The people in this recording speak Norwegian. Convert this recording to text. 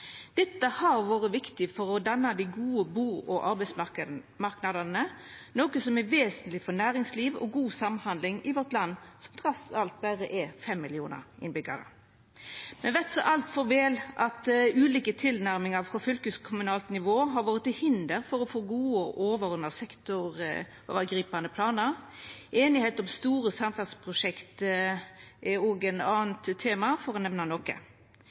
Dette har vore viktig for å danna gode bu- og arbeidsmarknader, noko som er vesentleg for næringsliv og god samhandling i vårt land, som trass alt berre har fem millionar innbyggjarar. Me veit så altfor vel at ulike tilnærmingar frå fylkeskommunalt nivå har vore til hinder for å få gode og overordna sektorovergripande planar, og einigheit om store samferdsleprosjekt er eit anna tema – for å nemna noko.